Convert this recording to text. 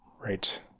right